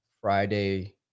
Friday